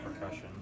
percussion